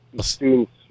students